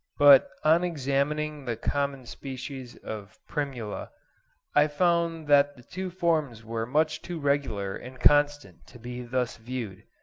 but on examining the common species of primula i found that the two forms were much too regular and constant to be thus viewed.